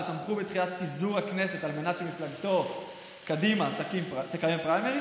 שתמכו בדחיית פיזור הכנסת על מנת שמפלגת קדימה תקיים פריימריז,